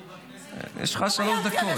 כי בכנסת הקודמת,